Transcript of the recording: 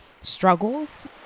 struggles